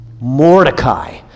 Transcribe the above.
Mordecai